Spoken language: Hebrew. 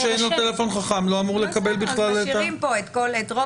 מי שאין לו טלפון חכם לא אמור לקבל בכלל את ה --- בסדר,